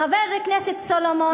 חבר הכנסת סולומון,